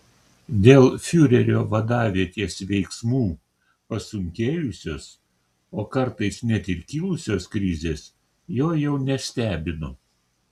dėl fiurerio vadavietės veiksmų pasunkėjusios o kartais net ir kilusios krizės jo jau nestebino